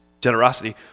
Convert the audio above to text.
Generosity